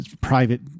private